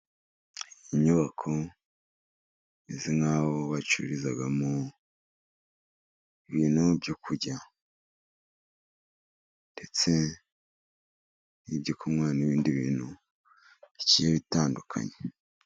Inyubako imeze n'aho bacururizagamo ibintu byo kurya, ndetse n'ibyo kunywa, n'ibindi bintu bigiye bitandukanye.